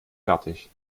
fertig